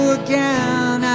again